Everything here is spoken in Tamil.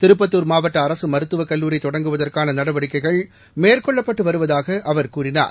திருப்பத்தூர் மாவட்டஅரசுமருத்துவக் கல்லூரி தொடங்குவதற்கானநடவடிக்கைகள் மேற்கொள்ளப்பட்டுவருவதாகஅவர் கூறினார்